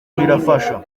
birafasha